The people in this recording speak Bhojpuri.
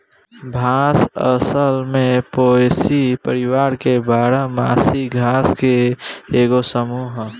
बांस असल में पोएसी परिवार के बारह मासी घास के एगो समूह ह